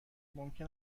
ممکن